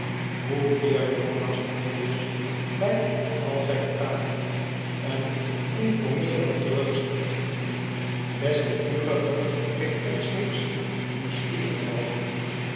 hoe meer jonas hem dus bij al zijn vragen en informeeren terugstiet des te vuriger werd pecksniff's nieuwsgieriglieid